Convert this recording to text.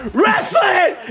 wrestling